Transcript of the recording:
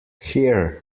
here